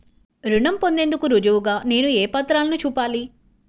రుణం పొందేందుకు రుజువుగా నేను ఏ పత్రాలను చూపాలి?